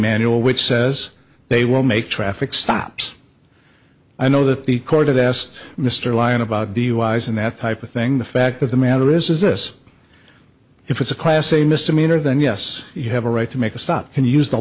manual which says they will make traffic stops i know that the court asked mr lyon about duis and that type of thing the fact of the matter is is this if it's a class a misdemeanor then yes you have a right to make a stop and use the